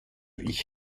ich